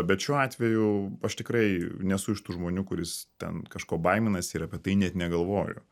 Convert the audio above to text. bet šiuo atveju aš tikrai nesu iš tų žmonių kuris ten kažko baiminasi ir apie tai net negalvoju